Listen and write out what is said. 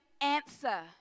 answer